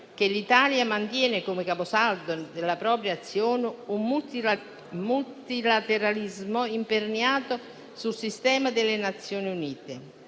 che l'Italia mantiene, come caposaldo della propria azione, un multilateralismo imperniato sul sistema delle Nazioni Unite.